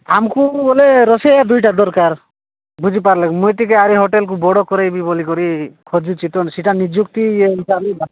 ଆମକୁ ବୋଲେ ରୋଷେଇଆ ଦୁଇଟା ଦରକାର ବୁଝିପାରିଲେ ମୁଇଁ ଟିକେ ଏଇ ହୋଟେଲକୁ ବଡ଼ କରେଇବି ବୋଲିକିରି ଖୋଜୁଚିତ ସେଇଟା ନିଯୁକ୍ତି